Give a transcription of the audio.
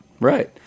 Right